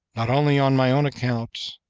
not only on my own account,